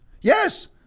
Yes